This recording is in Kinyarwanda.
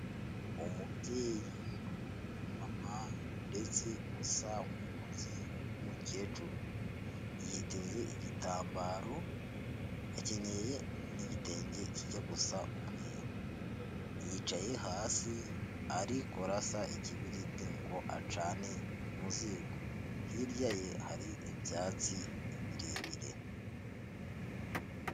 Umubyeyi w'umumama ndetse usa nk'umukuze w'umukecuru, yiteze igitambaro akenyeye n'igitenge kijya gusa umweru, yicaye hasi ari kurasa ikibiriti ngo acane mu ziko, hirya ye hari ibyatsi birebire.